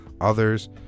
others